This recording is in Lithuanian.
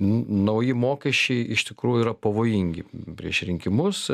nauji mokesčiai iš tikrųjų yra pavojingi prieš rinkimus